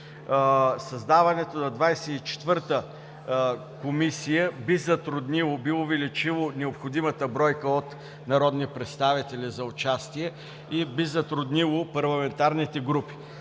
Създаването на 24-та комисия би затруднило, би увеличило необходимата бройка от народни представители за участие и би затруднило парламентарните групи.